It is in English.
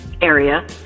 area